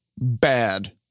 bad